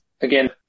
again